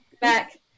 back